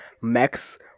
Max